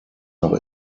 noch